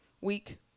week